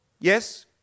Yes